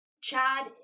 Chad